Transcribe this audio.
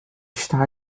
está